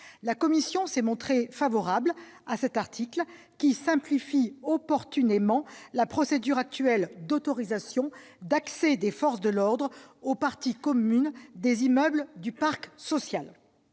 La commission s'est montrée favorable à cet article, qui simplifie opportunément la procédure actuelle d'autorisation d'accès des forces de l'ordre aux parties communes des immeubles du parc social.